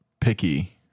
picky